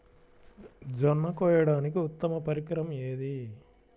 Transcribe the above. జొన్న కోయడానికి ఉత్తమ పరికరం ఏది?